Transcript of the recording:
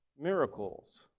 miracles